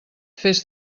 fes